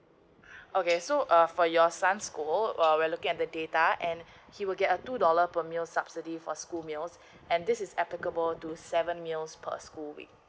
okay so uh for your son's school we are looking at the data and he will get a two dollar per meal subsidy for school meals and this is applicable to seven meals per school week